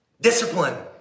discipline